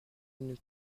une